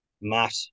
Matt